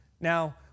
Now